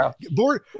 board